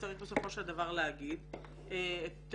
צריך בסופו של דבר להגיד שהן לא עולות הרבה מאוד כסף.